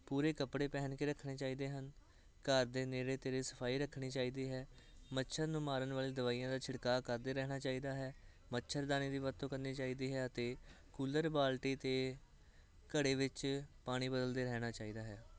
ਪੂਰੇ ਕੱਪੜੇ ਪਹਿਨ ਕੇ ਰੱਖਣੇ ਚਾਹੀਦੇ ਹਨ ਘਰ ਦੇ ਨੇੜੇ ਤੇੜੇ ਸਫਾਈ ਰੱਖਣੀ ਚਾਹੀਦੀ ਹੈ ਮੱਛਰ ਨੂੰ ਮਾਰਨ ਵਾਲੀ ਦਵਾਈਆਂ ਦਾ ਛਿੜਕਾਅ ਕਰਦੇ ਰਹਿਣਾ ਚਾਹੀਦਾ ਹੈ ਮੱਛਰਦਾਨੀ ਦੀ ਵਰਤੋਂ ਕਰਨੀ ਚਾਹੀਦੀ ਹੈ ਅਤੇ ਕੂਲਰ ਬਾਲਟੀ ਅਤੇ ਘੜੇ ਵਿੱਚ ਪਾਣੀ ਬਦਲਦੇ ਰਹਿਣਾ ਚਾਹੀਦਾ ਹੈ